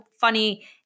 funny